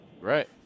Right